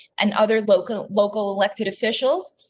and other local local elected officials.